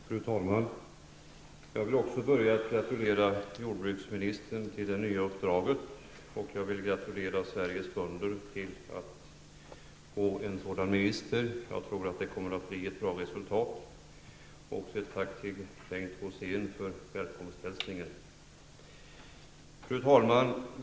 Fru talman! Jag vill också börja med att gratulera Karl Erik Olsson till det nya uppdraget som jordbruksminister, och jag vill gratulera Sveriges bönder till en sådan minister. Jag tror att det kommer att bli ett bra resultat. Jag vill även tacka Fru talman!